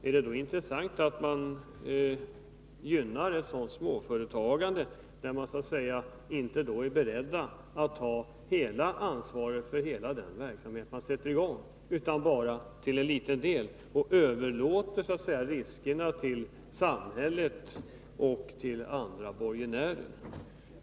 Är det av intresse att gynna ett småföretagande där ägarna inte är beredda att ta ansvaret för hela den verksamhet de bedriver, utan bara en liten del av den, och där de för över riskerna på samhället och andra borgenärer?